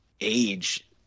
age